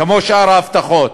כמו שאר ההבטחות,